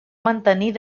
mantenir